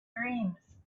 dreams